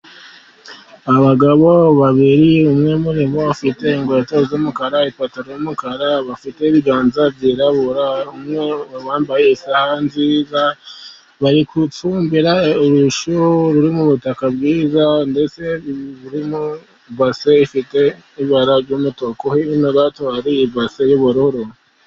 Abagabo babiri, umwe muri bo afite inkweto z'umukara ipataro y'umukara. Bafitenibiganza byirabura, umwe yambaye isaha nziza bari gusukira urushu ruriri mu butaka bwiza, ndetse iyi base ifite ibara ry'umutuku hino hari ibase y'ubururu.